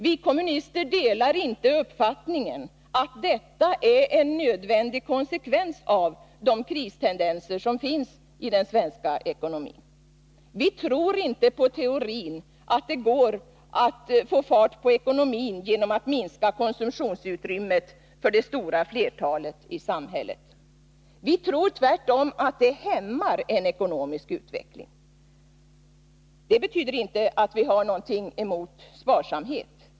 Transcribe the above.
Vi kommunister delar inte uppfattningen att detta är en nödvändig konsekvens av de kristendenser som finns i den svenska ekonomin. Vi tror inte på teorin att det går att få fart på ekonomin genom att minska konsumtionsutrymmet för det stora flertalet i samhället. Vi tror tvärtom att det hämmar en ekonomisk utveckling. Det betyder inte att vi har något emot sparsamhet.